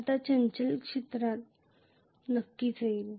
आता चंचल चित्रात नक्कीच येईल